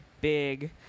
big